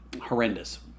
horrendous